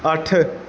ਅੱਠ